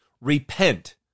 Repent